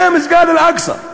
זה מסגד אל-אקצא.